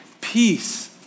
Peace